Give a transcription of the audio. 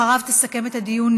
אחריו תסכם את הדיון